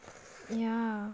ya